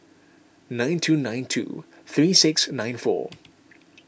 nine two nine two three six nine four